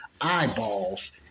eyeballs